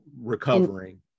recovering